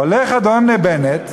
הולך אדון בנט,